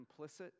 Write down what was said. complicit